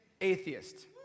Atheist